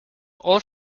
all